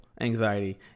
anxiety